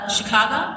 Chicago